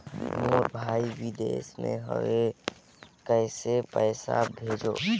मोर भाई विदेश मे हवे कइसे पईसा भेजो?